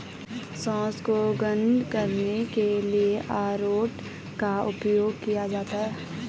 sauce को गाढ़ा करने के लिए अरारोट का उपयोग किया जाता है